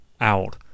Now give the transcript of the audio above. out